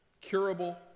curable